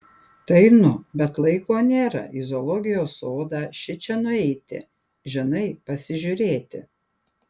tai nu bet laiko nėra į zoologijos sodą šičia nueiti žinai pasižiūrėti